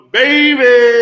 baby